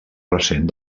recent